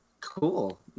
cool